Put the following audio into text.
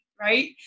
right